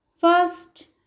first